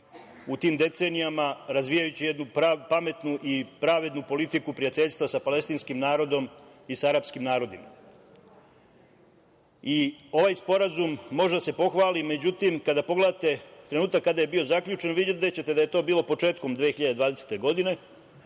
u tim decenijama, razvijajući jednu pametnu i pravednu politiku prijateljstva sa palestinskim narodom i sa arapskim narodima. Ovaj Sporazum može da se pohvali, međutim, kada pogledate trenutak kada je bio zaključen videćete da je to bilo početkom 2020. godine,